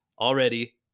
already